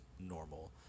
normal